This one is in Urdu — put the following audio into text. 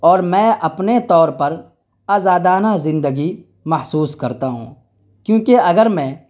اور میں اپنے طور پر آزادانہ زندگی محسوس کرتا ہوں کیوںکہ اگر میں